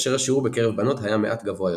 כאשר השיעור בקרב בנות היה מעט גבוה יותר.